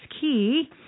key